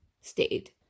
stayed